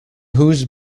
whose